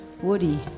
Woody